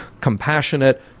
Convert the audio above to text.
compassionate